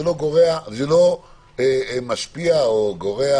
זה לא משפיע או גורע